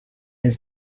his